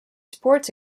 sports